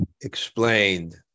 explained